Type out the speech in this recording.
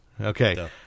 Okay